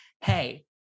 hey